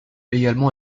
également